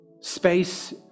Space